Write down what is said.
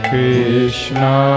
Krishna